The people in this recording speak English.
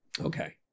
okay